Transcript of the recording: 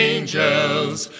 Angels